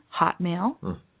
Hotmail